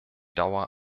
dauer